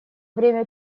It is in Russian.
время